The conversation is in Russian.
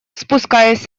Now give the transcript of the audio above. спускаясь